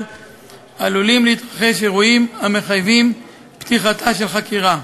עלולים להתרחש אירועים המחייבים פתיחתה של חקירה.